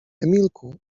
emilku